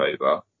over